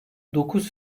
dokuz